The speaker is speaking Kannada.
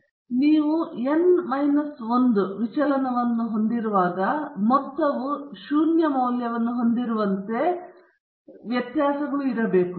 ಆದ್ದರಿಂದ ನೀವು n ಮೈನಸ್ 1 ವಿಚಲನವನ್ನು ಹೊಂದಿರುವಾಗ ಮೊತ್ತವು ಶೂನ್ಯ ಮೌಲ್ಯವನ್ನು ಹೊಂದಿರುವಂತೆ nth ವ್ಯತ್ಯಾಸಗಳು ಇರಬೇಕು